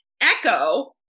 Echo